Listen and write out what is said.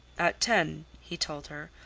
at ten, he told her.